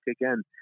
again